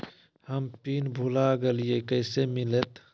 हम पिन भूला गई, कैसे मिलते?